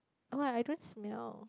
why I don't smell